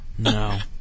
No